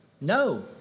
No